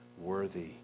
worthy